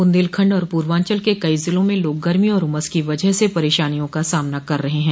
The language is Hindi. बुन्देलखंड और पूर्वांचल के कई जिलों में लोग गर्मी और उमस की वजह से परेशानियों का सामना कर रहे हैं